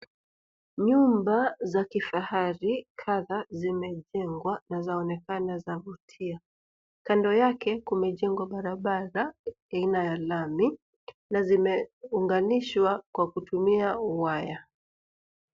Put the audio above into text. Nyumba za kifahari kadha zimejengwa na zaonekana zavutia. Kando yake kumejengwa barabara aina ya lami na zimeunganishwa kwa kutumia waya.